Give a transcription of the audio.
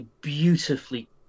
beautifully